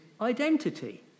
identity